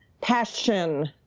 passion